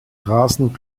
rasen